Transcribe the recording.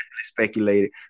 speculated